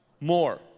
More